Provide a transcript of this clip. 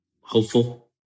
Hopeful